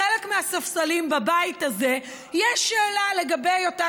בחלק מהספסלים בבית הזה יש שאלה לגבי היותה